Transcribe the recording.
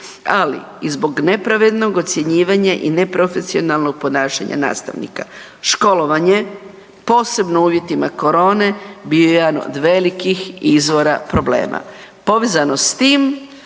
ali i zbog nepravednog ocjenjivanja i neprofesionalnog ponašanja nastavnika. Školovanje posebno u uvjetima korone bio je jedan od velikih izvora problema. Povezano s tim